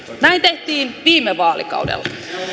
näin tehtiin viime vaalikaudella